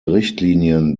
richtlinien